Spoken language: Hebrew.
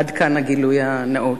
עד כאן הגילוי הנאות.